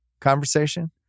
conversation